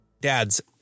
Dads